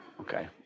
Okay